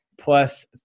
plus